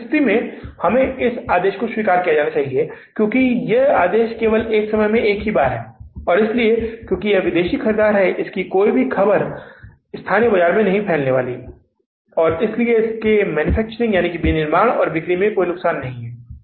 उस स्थिति में हमें इन आदेशों को स्वीकार करना चाहिए क्योंकि वे एक बार एक समय में हैं इसलिए विदेशी ख़रीदार कोई भी खबर स्थानीय बाजार में नहीं फैलने वाली है इसलिए विनिर्माण और बिक्री में कोई नुकसान नहीं है